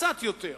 קצת יותר.